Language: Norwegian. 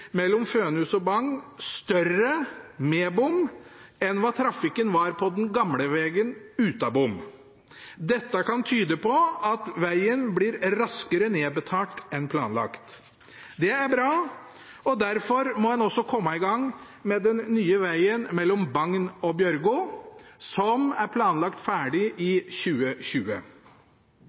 mellom Fønhus og Bagn større med bom enn hva trafikken var på den gamle vegen uten bom. Dette kan tyde på at vegen blir raskere nedbetalt enn planlagt. Det er bra, og derfor må en også komme i gang med den nye vegen mellom Bagn og Bjørgo, som er planlagt ferdig